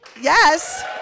yes